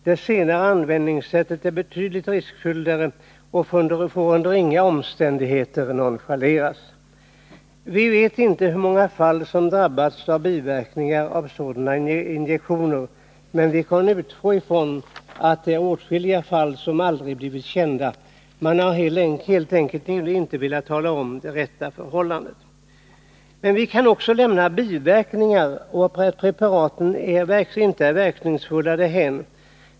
Det senare användningssättet är betydligt mer riskfyllt och får under inga omständigheter nonchaleras. Vi vet inte hur många människor som har drabbats av biverkningar av sådana injektioner. Men vi kan utgå från att det är åtskilliga fall som aldrig blivit kända. Man har helt enkelt inte velat tala om det rätta förhållandet. Men vi kan lämna biverkningar och det faktum att preparaten inte är verkningsfulla därhän.